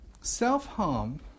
Self-harm